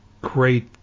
great